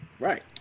Right